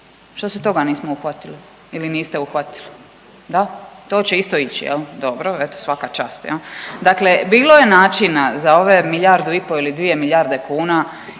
što se toga nismo uhvatili ili niste uhvatili? Da, to će isto ići jel? Dobro, eto svaka čast jel. Dakle bilo je načina za ove milijardu i po ili dvije milijarde kuna